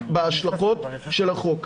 בהשלכות של החוק.